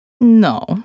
No